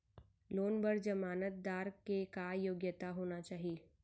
Loan बर जमानतदार के का योग्यता होना चाही?